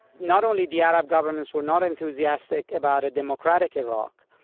not only the arab governments were not enthusiastic about a democratic iraq,